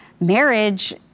marriage